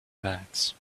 backs